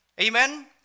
Amen